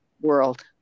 world